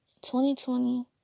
2020